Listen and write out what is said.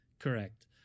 Correct